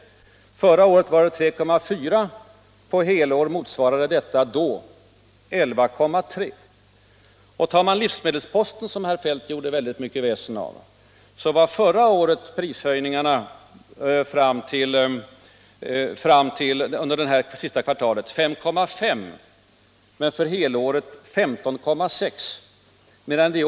Förra året var motsvarande siffror 3,4 och 11,3 96. För livsmedelsposten, som herr Feldt gjorde mycket väsen av, var förra årets prishöjningar under det första kvartalet 5,5 och för perioden mars 1975 till mars 1976 15,6 96.